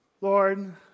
Lord